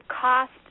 cost